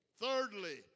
Thirdly